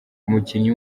umukinnyi